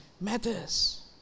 matters